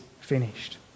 finished